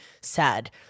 sad